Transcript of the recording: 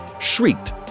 shrieked